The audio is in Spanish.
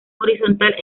horizontal